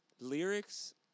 Lyrics